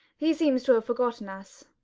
he seems to have forgotten us.